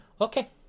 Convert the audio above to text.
Okay